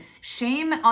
shame